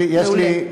בבקשה, מעולה.